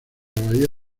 bahía